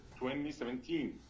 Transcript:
2017